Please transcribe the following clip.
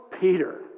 Peter